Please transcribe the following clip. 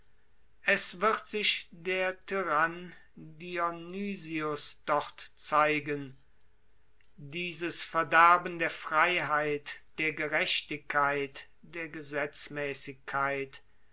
es wird sich der tyrann dionysius dort zeigen dieses verderben der freiheit der gerechtigkeit der gesetzmäßigkeit